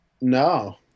no